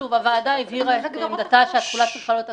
הוועדה הבהירה שעמדתה היא שהתחולה צריכה להיות אקטיבית,